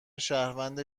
شهروند